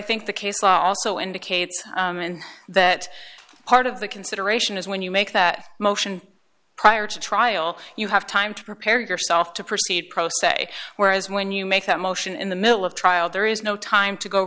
think the case law also indicates that part of the consideration is when you make that motion prior to trial you have time to prepare yourself to proceed pro se whereas when you make that motion in the middle of trial there is no time to go